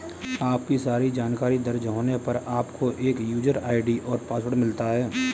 आपकी सारी जानकारी दर्ज होने पर, आपको एक यूजर आई.डी और पासवर्ड मिलता है